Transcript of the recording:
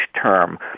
term